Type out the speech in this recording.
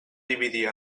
dividir